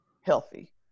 healthy